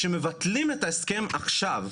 שמבטלים את ההסכם עכשיו,